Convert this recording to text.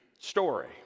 story